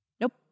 Nope